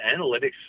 analytics